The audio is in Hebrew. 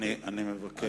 אני מבקש לענות לך.